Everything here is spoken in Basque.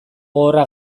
gogorra